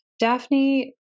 Daphne